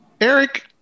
Eric